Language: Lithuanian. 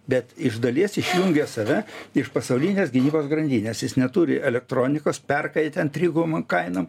bet iš dalies išjungė save iš pasaulinės gynybos grandinės jis neturi elektronikos perka ją ten trigubom kainom